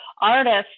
artists